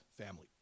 family